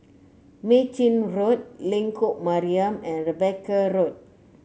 Mei Chin Road Lengkok Mariam and Rebecca Road